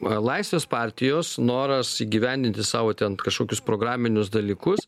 va laisvės partijos noras įgyvendinti savo ten kažkokius programinius dalykus